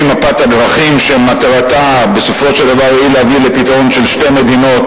מפת דרכים שמטרתה בסופו של דבר היא להביא לפתרון של שתי מדינות,